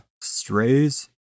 Strays